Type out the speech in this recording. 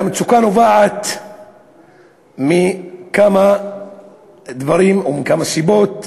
המצוקה נובעת מכמה דברים ומכמה סיבות: